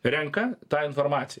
renka tą informaciją